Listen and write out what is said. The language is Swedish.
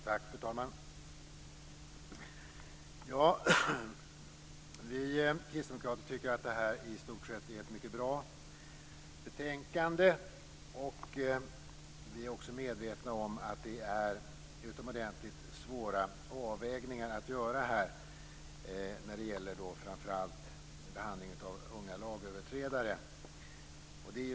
Fru talman! Vi kristdemokrater tycker att detta i stort sett är ett mycket bra betänkande. Vi är också medvetna om att det är utomordentligt svåra avvägningar som här måste göras när det gäller framför allt behandlingen av unga lagöverträdare.